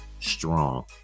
strong